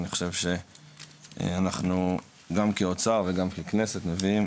אני חושב שאנחנו גם כאוצר וגם ככנסת מביאים